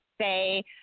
say –